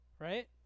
Right